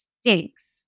stinks